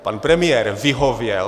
Pan premiér vyhověl.